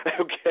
Okay